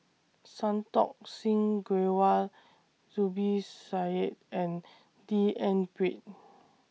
Santokh Singh Grewal Zubir Said and D N Pritt